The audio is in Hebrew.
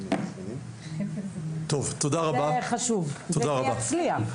זה חשוב וזה יצליח.